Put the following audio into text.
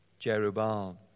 Jerubal